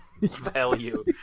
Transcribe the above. value